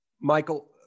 Michael